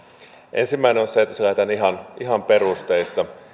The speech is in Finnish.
ensimmäinen on se että tässä lähdetään ihan perusteista